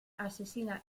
asesina